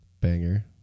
banger